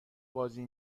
بازی